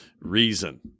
reason